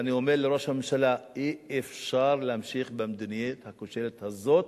ואני אומר לראש הממשלה: אי-אפשר להמשיך במדיניות הכושלת הזאת.